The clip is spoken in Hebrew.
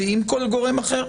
או עם כל גורם אחר.